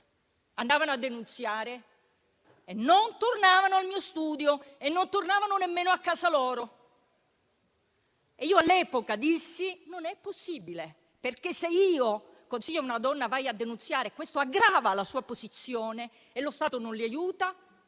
andavano a denunciare e poi non tornavano al mio studio e non tornavano nemmeno a casa loro. Già all'epoca dissi che non era possibile, perché, se consigliavo a una donna di andare a denunziare, questo aggravava la sua posizione e lo Stato non l'aiutava,